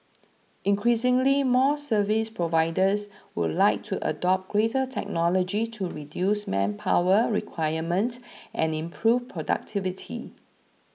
increasingly more service providers would like to adopt greater technology to reduce manpower requirement and improve productivity